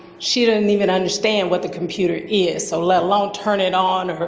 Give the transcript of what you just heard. she don't even understand what the computer is so let alone turn it on or